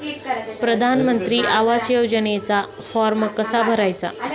प्रधानमंत्री आवास योजनेचा फॉर्म कसा भरायचा?